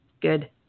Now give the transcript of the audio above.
Good